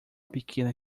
pequena